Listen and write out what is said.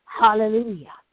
Hallelujah